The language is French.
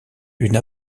une